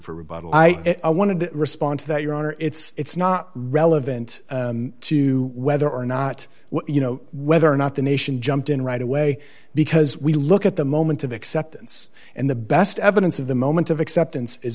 rebuttal i wanted to respond to that your honor it's not relevant to whether or not you know whether or not the nation jumped in right away because we look at the moment of acceptance and the best evidence of the moment of acceptance is